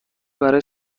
برای